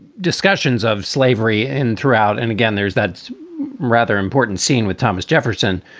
discussions of slavery in throughout. and again, there's that's rather important scene with thomas jefferson.